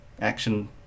action